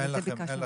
אז בגלל זה ביקשנו.